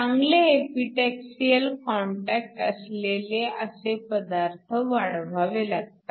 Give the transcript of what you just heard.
चांगले epitaxial contact असलेले असे पदार्थ वाढवावे लागतात